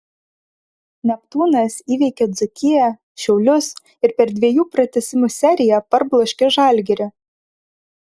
neptūnas įveikė dzūkiją šiaulius ir per dviejų pratęsimų seriją parbloškė žalgirį